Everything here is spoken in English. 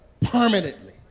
permanently